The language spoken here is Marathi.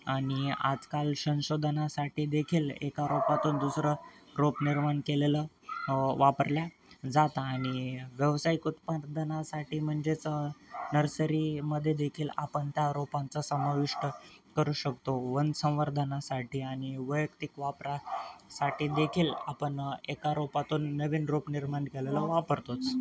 आणि आजकाल संशोधनासाठी देखील एका रोपातून दुसरं रोप निर्माण केलेलं वापरल्या जात आणि व्यवसायिक उत्पादनासाठी म्हणजेच नर्सरी मध्येदेखील आपण त्या रोपांचा समाविष्ट करू शकतो वनसंवर्धनासाठी आणि वैयक्तिक वापरासाठीदेखील आपण एका रोपातून नवीन रोप निर्माण केलेला वापरतोच